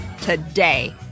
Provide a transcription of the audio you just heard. today